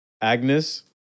Agnes